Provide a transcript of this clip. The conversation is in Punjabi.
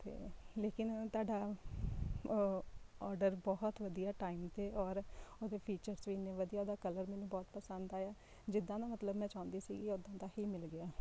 ਅਤੇ ਲੇਕਿਨ ਤੁਹਾਡਾ ਔ ਔਡਰ ਬਹੁਤ ਵਧੀਆ ਟਾਈਮ 'ਤੇ ਔਰ ਉਹਦੇ ਫੀਚਰਸ ਵੀ ਇੰਨੇ ਵਧੀਆ ਉਹਦਾ ਕਲਰ ਮੈਨੂੰ ਬਹੁਤ ਪਸੰਦ ਆਇਆ ਜਿੱਦਾਂ ਦਾ ਮਤਲਬ ਮੈਂ ਚਾਹੁੰਦੀ ਸੀਗੀ ਉੱਦਾਂ ਦਾ ਹੀ ਮਿਲ ਗਿਆ